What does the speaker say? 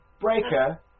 Breaker